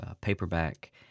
paperback